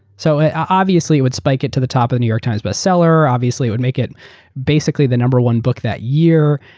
so obviously, it would spike it to the top of the new york times bestseller. obviously, it would make it basically the number one book that year.